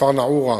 נעורה.